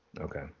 Okay